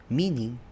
meaning